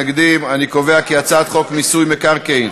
חוק מיסוי מקרקעין